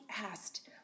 asked